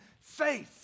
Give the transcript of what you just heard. faith